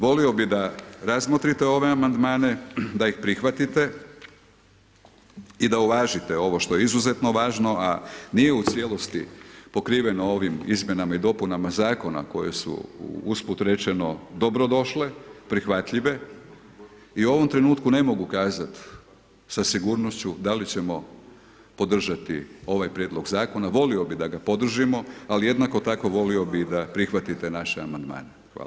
Volio bih da razmotrite ove amandmane, da ih prihvatite i da uvažite ovo što je izuzetno važno, a nije u cijelosti pokriveno ovim izmjenama i dopunama zakona koji su usput rečeno dobrodošle, prihvatljive i u ovom trenutku ne mogu kazati sa sigurnošću da li ćemo podržati ovaj prijedlog zakona, volio bih da ga podržimo, ali jednako tako volio bih da prihvatite naše amandmane.